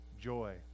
joy